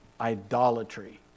idolatry